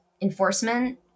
enforcement